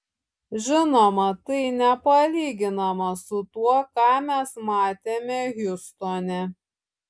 žinoma tai nepalyginama su tuo ką mes matėme hjustone